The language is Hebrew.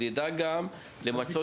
אז נדע גם להביא למיצוי